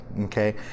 okay